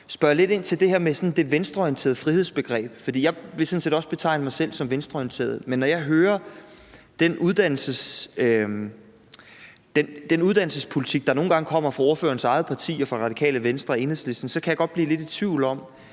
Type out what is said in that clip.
på de høje nagler, det her med det venstreorienterede frihedsbegreb, for jeg vil sådan set også betegne mig selv som venstreorienteret. Men når jeg hører den uddannelsespolitik, der nogle gange kommer fra ordførerens eget parti og fra Radikale Venstre og Enhedslisten, så kan jeg godt blive lidt i tvivl om,